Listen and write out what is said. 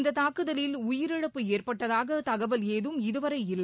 இந்த தாக்குதலில் உயிரிழப்பு ஏற்பட்டதாக தகவல் ஏதும் இதுவரை இல்லை